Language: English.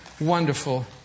wonderful